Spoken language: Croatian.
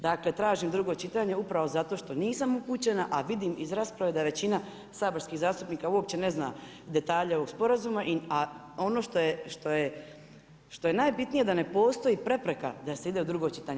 Dakle, tražim drugo čitanje, upravo zato što nisam upućena a vidim iz rasprave da je većina saborskih zastupnika, uopće ne zna detalje ovog sporazuma, a ono što je najbitnije da ne postoji prepreka da se ide u drugo čitanje.